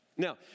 Now